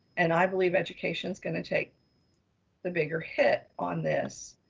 and i believe education is gonna take the bigger hit on this.